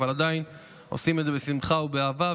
אבל עדיין עושים את זה בשמחה ובאהבה.